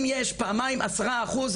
אם יש פעמיים עשרה אחוז,